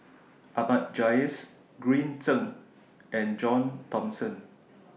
Ahmad Jais Green Zeng and John Thomson